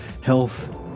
health